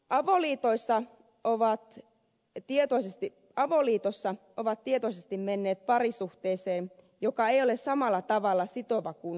ali päissään kovaksi ja tietoisesti avoliitossa olevat ovat tietoisesti menneet parisuhteeseen joka ei ole samalla tavalla sitova kuin avioliitto